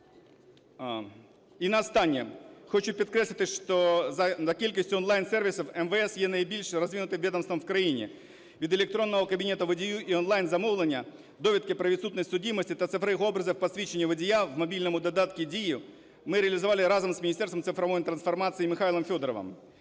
І останнє. Хочу підкреслити, що за кількістю онлайн-сервісів МВС є найбільш розвинутим відомством в країні. Від електронного кабінету водія і онлайн-замовлення, довідки про відсутність судимості та цифрових образів посвідчення водія в мобільному додатку "Дія" ми реалізували разом з Міністерством цифрової трансформації Михайлом Федоровим.